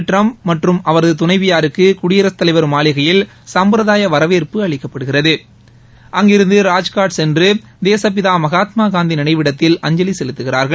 Trump மற்றும் அவரது துணைவியாருக்கு குயடிரசுத்தலைவர் மாளிகையில் சம்பிரதாய வரவேற்பு அளிக்கப்படுகிறது அங்கிருந்து ராஜ்காட் சென்று தேசப்பிதா மகாத்மா காந்தி நினைவிடத்தில் அஞ்சலி செலுத்துகிறார்கள்